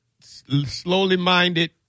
slowly-minded